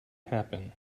happen